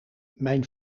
mijn